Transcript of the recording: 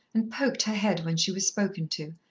and poked her head when she was spoken to,